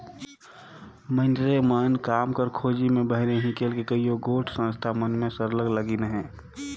मइनसे मन काम कर खोझी में बाहिरे हिंकेल के कइयो गोट संस्था मन में सरलग लगिन अहें